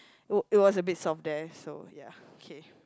wa~ it was a bit soft there so ya okay